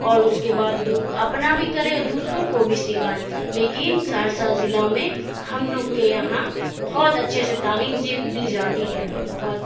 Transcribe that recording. اور اس کے بعد دور اپنا بھی کرے اور دوسروں کو بھی سکھائیں لیکن سہرسہ ضلع میں ہم لوگ کے یہاں بہت اچھے سے تعلیم دی جاتی ہے اور بہت